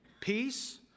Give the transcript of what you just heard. peace